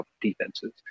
defenses